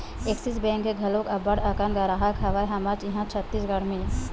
Axis Bank के घलोक अब्बड़ अकन गराहक हवय हमर इहाँ छत्तीसगढ़ म